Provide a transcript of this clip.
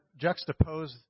juxtapose